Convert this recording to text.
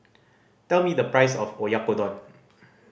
tell me the price of Oyakodon